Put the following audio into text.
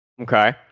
okay